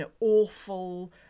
awful